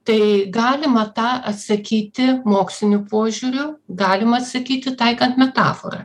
tai galima tą atsakyti moksliniu požiūriu galima sakyti taikant metaforą